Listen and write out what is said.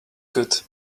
good